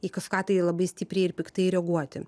į kažką tai labai stipriai ir piktai reaguoti